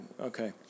okay